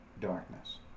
Darkness